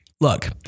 look